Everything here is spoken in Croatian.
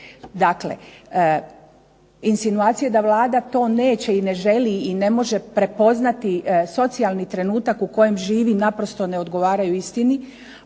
Dakle, insinuacije da Vlada to neće i ne želi i ne može prepoznati socijalni trenutak u kojem živi naprosto ne odgovaraju istini.